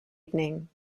evening